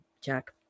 jack